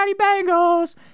Bengals